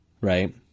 right